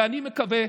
ואני מקווה,